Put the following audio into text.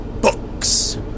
Books